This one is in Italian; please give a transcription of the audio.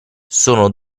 sono